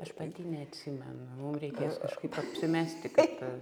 aš pati neatsimenu mums reikės kažkaip apsimesti kad